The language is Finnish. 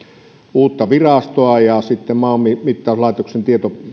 uutta virastoa ja sitten maanmittauslaitoksen